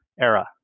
era